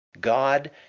God